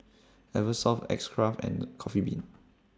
Eversoft X Craft and Coffee Bean